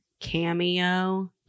cameo